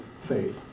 faith